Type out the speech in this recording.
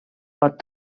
pot